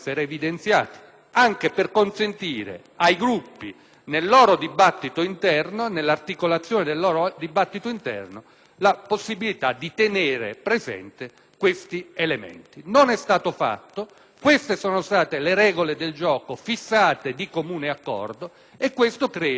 anche per consentire ai Gruppi, nell'articolazione del loro dibattito interno, di tenerlo presente. Non è stato fatto. Queste sono state le regole del gioco fissate di comune accordo e questo, credo,